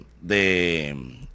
de